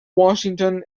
washington